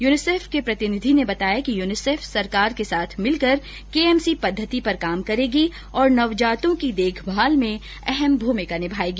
UNICEF के प्रतिनिधि ने बताया कि यूनिसेफ सरकार के साथ भिलकर केएमसी पद्धति पर काम करेगी और नवजातों की देखभाल में अहम भूमिका निर्माएगी